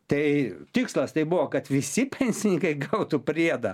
tai tikslas tai buvo kad visi pensininkai gautų priedą